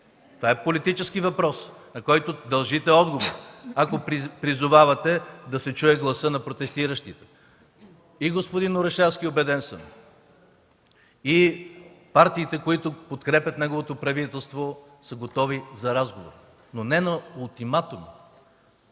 Това е политически въпрос, на който дължите отговор, ако призовавате да се чуе гласът на протестиращите. Убеден съм, че и господин Орешарски, и партиите, които подкрепят неговото правителство, са готови на разговори, но не на ултиматуми,